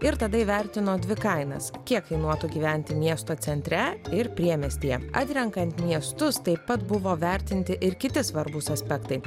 ir tada įvertino dvi kainas kiek kainuotų gyventi miesto centre ir priemiestyje atrenkant miestus taip pat buvo vertinti ir kiti svarbūs aspektai